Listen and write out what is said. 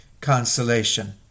consolation